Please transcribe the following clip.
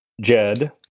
Jed